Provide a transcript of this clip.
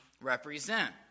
represent